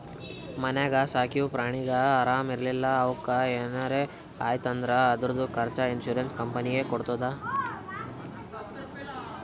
ಮನ್ಯಾಗ ಸಾಕಿವ್ ಪ್ರಾಣಿಗ ಆರಾಮ್ ಇರ್ಲಿಲ್ಲಾ ಅವುಕ್ ಏನರೆ ಆಯ್ತ್ ಅಂದುರ್ ಅದುರ್ದು ಖರ್ಚಾ ಇನ್ಸೂರೆನ್ಸ್ ಕಂಪನಿನೇ ಕೊಡ್ತುದ್